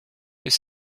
est